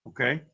Okay